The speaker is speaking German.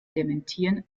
dementieren